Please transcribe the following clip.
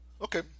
okay